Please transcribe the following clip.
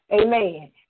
amen